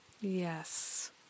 Yes